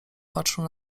patrzył